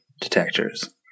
detectors